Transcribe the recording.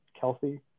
Kelsey